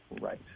Right